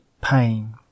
pain